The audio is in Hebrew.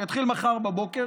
שיתחיל מחר בבוקר,